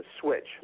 switch